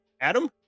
Adam